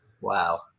Wow